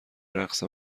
رقص